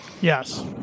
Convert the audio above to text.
Yes